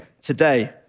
today